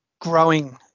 growing